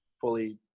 fully